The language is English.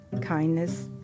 kindness